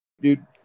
dude